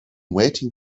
waiting